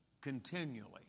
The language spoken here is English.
continually